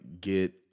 get